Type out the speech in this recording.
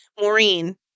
Maureen